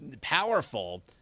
powerful